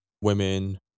women